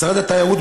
משרד התיירות,